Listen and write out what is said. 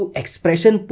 expression